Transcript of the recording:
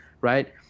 Right